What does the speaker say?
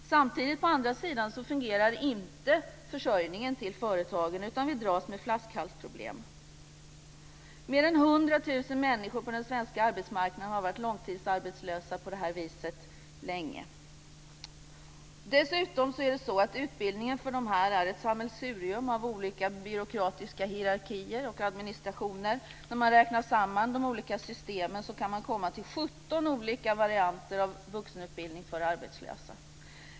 Samtidigt fungerar inte försörjningen till företagen, utan vi dras med flaskhalsproblem. Mer än 100 000 människor på den svenska arbetsmarknaden har därför varit långtidsarbetslösa länge. Dessutom är utbildningen för dessa människor ett sammelsurium av olika byråkratiska hierarkier och administrationer. När man räknar samman de olika systemen kan man komma till 17 olika varianter av vuxenutbildning för arbetslösa.